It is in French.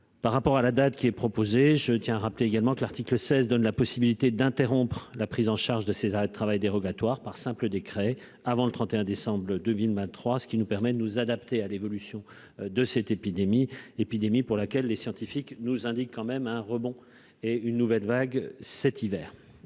Par rapport à la date qui est proposé, je tiens à rappeler également que l'article 16 donne la possibilité d'interrompre la prise en charge de ces arrêts de travail dérogatoires par simple décret avant le 31 décembre 2 trois ce qui nous permet de nous adapter à l'évolution de cette épidémie épidémie pour laquelle les scientifiques nous indique quand même un rebond et une nouvelle vague cet hiver,